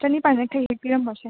ꯆꯅꯤꯄꯥꯟꯗꯩ ꯈꯔ ꯍꯦꯛ ꯄꯤꯔꯝꯃꯣꯁꯦ